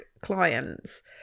clients